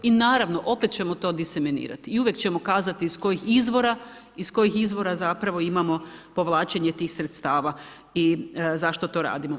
I naravno, opet ćemo to disemenirati i uvijek ćemo kazati iz kojih izvora zapravo imamo povlačenje tih sredstava i zašto to radimo.